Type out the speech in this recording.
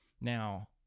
Now